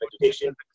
education